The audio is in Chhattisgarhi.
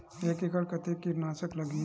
एक एकड़ कतेक किट नाशक लगही?